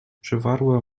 przywarłem